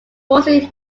mostly